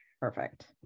Perfect